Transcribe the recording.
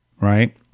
right